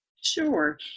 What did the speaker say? Sure